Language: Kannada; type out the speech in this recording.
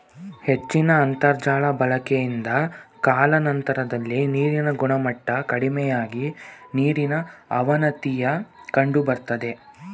ಹೆಚ್ಚಿದ ಅಂತರ್ಜಾಲ ಬಳಕೆಯಿಂದ ಕಾಲಾನಂತರದಲ್ಲಿ ನೀರಿನ ಗುಣಮಟ್ಟ ಕಡಿಮೆಯಾಗಿ ನೀರಿನ ಅವನತಿಯ ಕಂಡುಬರ್ತದೆ